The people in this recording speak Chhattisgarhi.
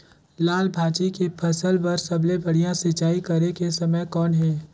लाल भाजी के फसल बर सबले बढ़िया सिंचाई करे के समय कौन हे?